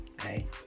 Okay